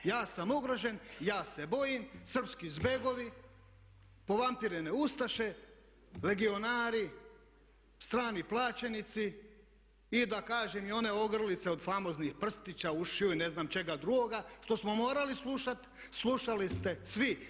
Ja sam ugrožen, ja se bojim, srpski zbegovi, povampirene ustaše, legionari, strani plaćenici i da kažem i one ogrlice od famoznih prstića, ušiju i ne znam čega drugoga što smo morali slušati, slušali smo svi.